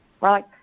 Right